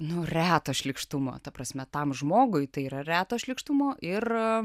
nuo reto šlykštumo ta prasme tam žmogui tai yra reto šlykštumo ir